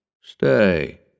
Stay